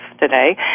today